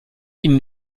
ihnen